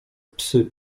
psy